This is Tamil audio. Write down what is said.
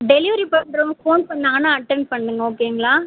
டெலிவரி பண்ணுறவங்க ஃபோன் பண்ணிணாங்கன்னா அட்டன்ட் பண்ணுங்கள் ஓகேங்களா